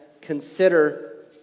consider